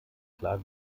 klar